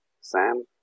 Sam